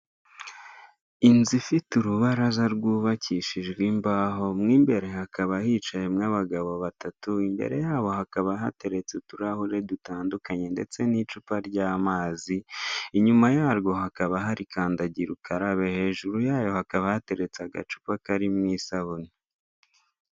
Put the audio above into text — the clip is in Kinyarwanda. Inzu ifite urubaraza rwubakishije imbaho, mo imbere hakaba hicayemo abagabo batatu imbere yabo hakaba hateretse uturahure dutandukanye ndetse n'icupa ry'amazi, inyuma yarwo hakaba hari kandagira ukarabe hejuru yaho hakaba hateretse agacupa karimo isabune.